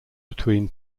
between